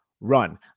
run